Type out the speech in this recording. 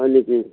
হয় নেকি